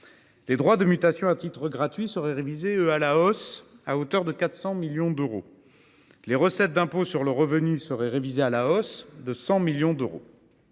en comptabilité nationale. Les DMTG seraient révisés la hausse à hauteur de 400 millions d’euros. Les recettes de l’impôt sur le revenu seraient révisées à la hausse de 100 millions d’euros.